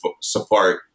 support